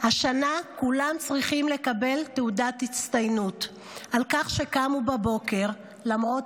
"השנה כולם צריכים לקבל תעודת הצטיינות / על כך שקמו בבוקר למרות